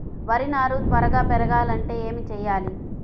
వరి నారు త్వరగా పెరగాలంటే ఏమి చెయ్యాలి?